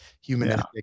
humanistic